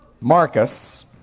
Marcus